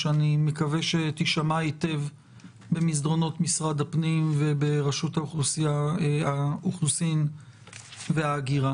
שאני מקווה שתישמע היטב במסדרונות משרד הפנים וברשות האוכלוסין וההגירה: